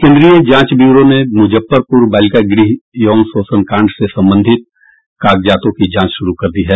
केंद्रीय जांच ब्यूरो ने मुजफ्फरपुर बालिका गृह यौन शोषण कांड से संबंधित कागजातों की जांच शुरू कर दी है